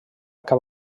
cap